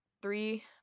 three